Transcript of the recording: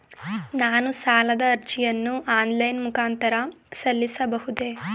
ನಾನು ಸಾಲದ ಅರ್ಜಿಯನ್ನು ಆನ್ಲೈನ್ ಮುಖಾಂತರ ಸಲ್ಲಿಸಬಹುದೇ?